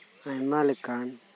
ᱟᱭᱢᱟᱞᱮᱠᱟᱱ